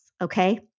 okay